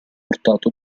portato